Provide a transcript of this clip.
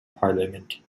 parliament